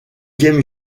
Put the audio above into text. game